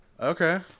Okay